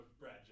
Brad